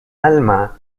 alma